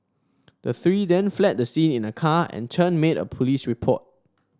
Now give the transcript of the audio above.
the three then fled the scene in a car and Chen made a police report